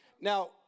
Now